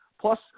Plus